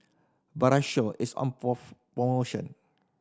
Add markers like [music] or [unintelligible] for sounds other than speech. Berocca is on [unintelligible] promotion